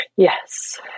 Yes